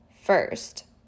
first